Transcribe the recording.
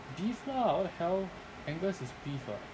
beef lah what the hell angus is beef [what]